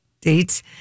dates